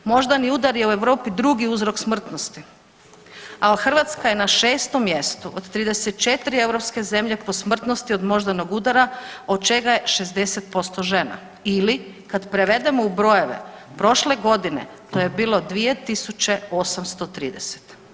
Moždani udar je u Europi drugi uzrok smrtnosti, a Hrvatska je na 6. mjestu od 34 europske zemlje po smrtnosti od moždanog udara, od čega je 60% žena ili kad prevedemo u brojeve prošle godine, to je bilo 2.830.